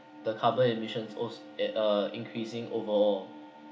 the carbon emissions owes it uh increasing overall